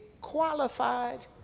qualified